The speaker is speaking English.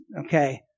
okay